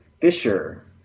Fisher